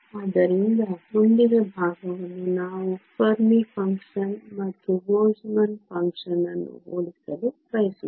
ಆದ್ದರಿಂದ ಮುಂದಿನ ಭಾಗವನ್ನು ನಾವು ಫೆರ್ಮಿ ಫಂಕ್ಷನ್ ಮತ್ತು ಬೋಲ್ಟ್ಜ್ಮನ್ ಫಂಕ್ಷನ್ ಅನ್ನು ಹೋಲಿಸಲು ಬಯಸುತ್ತೇವೆ